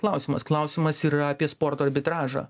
klausimas klausimas yra apie sporto arbitražą